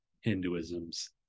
hinduism's